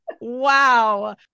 Wow